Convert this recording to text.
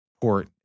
port